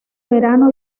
verano